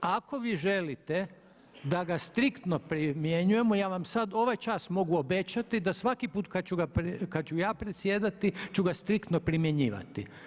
Ako vi želite da ga striktno primjenjujemo ja vam sad ovaj čas mogu obećati da svaki put kad ću ja predsjedati ću ga striktno primjenjivati.